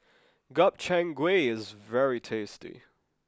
Gobchang Gui is very tasty